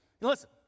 listen